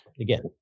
again